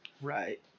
right